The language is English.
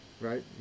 right